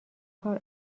کار